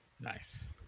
nice